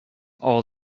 all